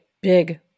big